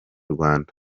rwanda